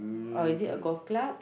or is it a golf club